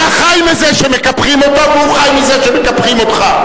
אתה חי מזה שמקפחים אותו והוא חי מזה שמקפחים אותך.